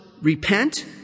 Repent